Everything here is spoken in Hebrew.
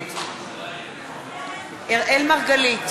נגד אראל מרגלית,